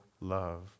love